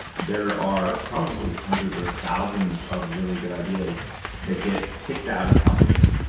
there are probably hundreds or thousands of really good ideas that get kicked out of companies,